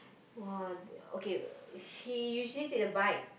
!wah! okay he usually take the bike